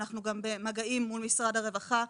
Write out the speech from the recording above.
אנחנו גם במגעים מול משרד הרווחה,